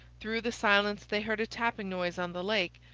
through the silence they heard a tapping noise on the lake,